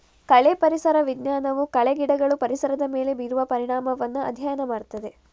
ಕಳೆ ಪರಿಸರ ವಿಜ್ಞಾನವು ಕಳೆ ಗಿಡಗಳು ಪರಿಸರದ ಮೇಲೆ ಬೀರುವ ಪರಿಣಾಮವನ್ನ ಅಧ್ಯಯನ ಮಾಡ್ತದೆ